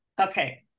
Okay